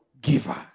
giver